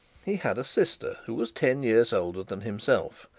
he had a sister, who was ten years older than himself,